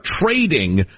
trading